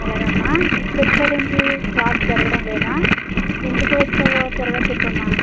అలాగా అమ్మా ఇపుడు వచ్చారు ఏంటి క్లాస్ జరగడం లేదా ఎందుకు వచ్చావో తరువాత చెప్పమ్మా